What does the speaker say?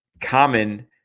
common